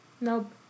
Nope